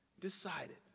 decided